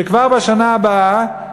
שכבר בשנה הבאה,